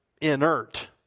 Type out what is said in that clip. inert